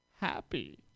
happy